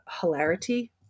hilarity